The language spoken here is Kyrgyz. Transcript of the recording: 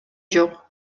жок